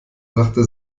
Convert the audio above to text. brachte